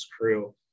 crew